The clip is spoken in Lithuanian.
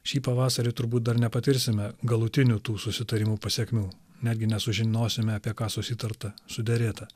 šį pavasarį turbūt dar nepatirsime galutinių tų susitarimų pasekmių netgi nesužinosime apie ką susitarta suderėta